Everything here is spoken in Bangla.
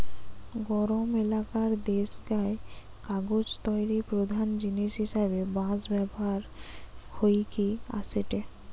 গরম এলাকার দেশগায় কাগজ তৈরির প্রধান জিনিস হিসাবে বাঁশ ব্যবহার হইকি আসেটে